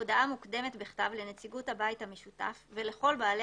הודעה מוקדמת בכתב לנציגות הבית המשותף ולכל בעלי